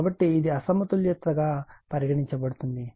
కాబట్టి ఇది అసమతుల్యత గా పరిగణించబడుతుంది